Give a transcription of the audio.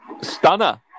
stunner